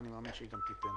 ואני מאמין שהיא גם תיתן.